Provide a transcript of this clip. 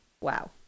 Wow